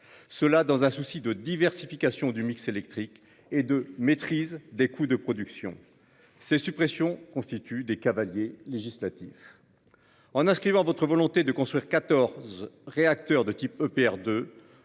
cela dans un souci de diversification du mix électrique et de maîtrise des coûts de production. Ces suppressions constituent des cavaliers législatifs. En inscrivant votre volonté de construire 14 réacteurs de type EPR2